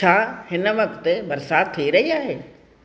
छा हिन वक़्ति बरसाति थी रही आहे